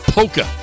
Polka